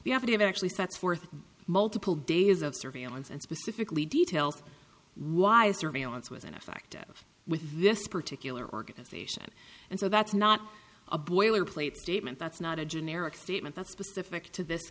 affidavit actually sets forth multiple days of surveillance and specifically details why a surveillance was ineffective with this particular organization and so that's not a boilerplate statement that's not a generic statement that's specific to this